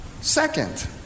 Second